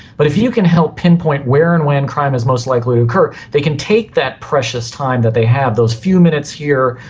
but if you can help pinpoint where and when crime is most likely to occur, they can take that precious time that they have, those few minutes here,